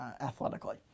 athletically